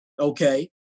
okay